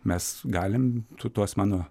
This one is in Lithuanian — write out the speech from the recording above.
mes galim tu tuos mano